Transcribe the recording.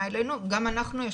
זה מי שבמקרה שמע,